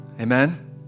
amen